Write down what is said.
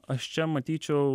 aš čia matyčiau